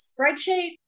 spreadsheet